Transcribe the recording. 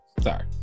Sorry